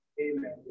Amen